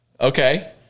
Okay